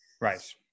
Right